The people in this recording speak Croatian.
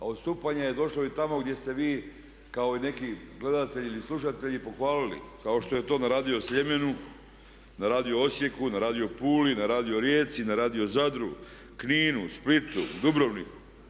Do odstupanja je došlo i tamo gdje ste vi kao neki gledatelj ili slušatelji pohvalili kao što je to na radio Sljemenu, na radio Osijeku, na radio Puli, na radio Rijeci, na radio Zadru, Kninu, Splitu, Dubrovniku.